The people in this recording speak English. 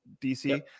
DC